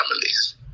families